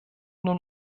nun